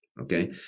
Okay